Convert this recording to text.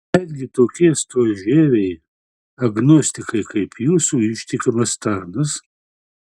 netgi tokie storžieviai agnostikai kaip jūsų ištikimas tarnas